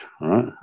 right